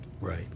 Right